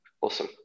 awesome